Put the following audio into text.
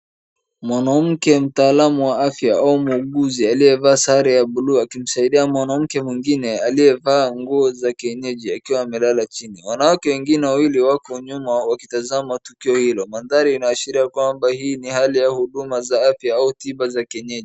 Mwanamke mtaaamu wa afya ama muuguzi aliyevaa sare ya buluu akimsaidia mwanamke mwingine aliyevaa nguo za kienyeji akiwa amelala chini. Wanawake wawili wako nyuma wakitazama tukio hilo. Mandhari inaashiria hii ni hali ya huduma za afya au tiba za kienyeji.